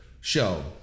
Show